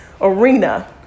arena